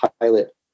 pilot